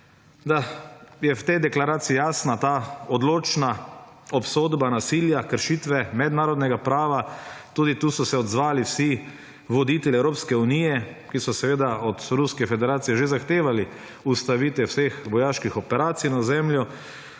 da je v tej deklaraciji jasna ta odločna obsodba nasilja, kršitve mednarodnega prava tudi tu so se odzvali vsi voditelji Evropske unije, ki so od Ruske federacije že zahtevali ustavitev vseh vojaških operacij na ozemlju